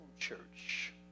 church